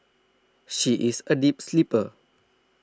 she is a deep sleeper